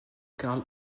karl